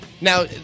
Now